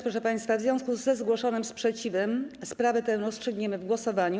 Proszę państwa, w związku ze zgłoszonym sprzeciwem sprawę tę rozstrzygniemy w głosowaniu.